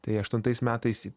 tai aštuntais metais